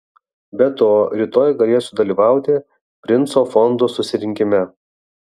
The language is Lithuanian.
be to rytoj galėsiu dalyvauti princo fondo susirinkime